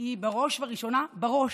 היא בראש ובראשונה בראש,